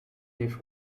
gave